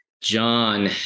John